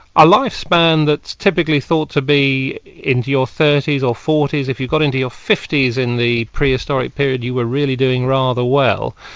a lifespan that's typically thought to be into your thirty s or forty s, if you got into your fifty s in the prehistoric period you were really doing rather well.